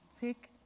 take